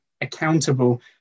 accountable